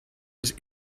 was